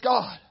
God